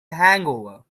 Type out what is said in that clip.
hangover